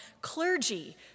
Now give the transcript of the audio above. clergy